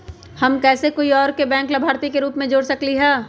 हम कैसे कोई और के बैंक लाभार्थी के रूप में जोर सकली ह?